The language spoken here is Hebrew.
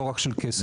לא רק של כסף.